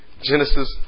Genesis